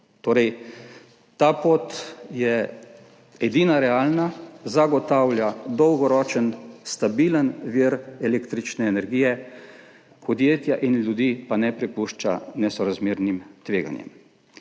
Ta pot je torej edina realna, zagotavlja dolgoročen stabilen vir električne energije, podjetij in ljudi pa ne prepušča nesorazmernim tveganjem.